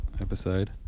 episode